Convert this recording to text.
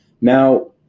Now